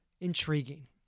intriguing